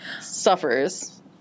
suffers